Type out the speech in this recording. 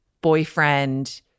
boyfriend